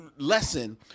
lesson